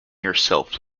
yourself